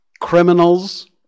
criminals